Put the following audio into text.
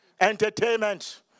entertainment